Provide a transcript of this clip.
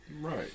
right